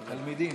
תלמידים.